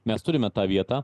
mes turime tą vietą